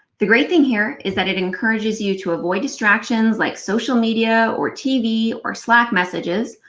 the great thing here is that it encourages you to avoid distractions like social media, or tv, or slack messages,